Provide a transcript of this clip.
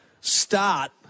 start